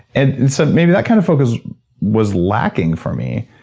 and so maybe that kind of focus was lacking for me.